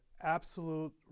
absolute